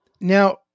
now